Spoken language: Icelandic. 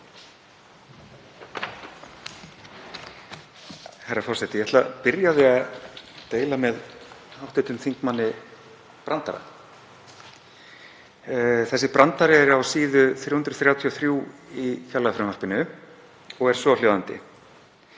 Herra forseti. Ég ætla að byrja á því að deila með hv. þingmanni brandara, þessi brandari er á síðu 333 í fjárlagafrumvarpinu og er svohljóðandi: